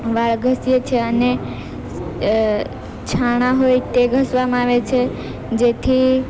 વાળ ઘસીએ છીએ અને છાણા હોય તે ઘસવામાં આવે છે જેથી